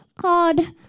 called